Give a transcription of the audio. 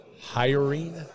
hiring